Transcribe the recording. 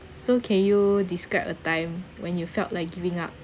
so can you describe a time when you felt like giving up